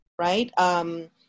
right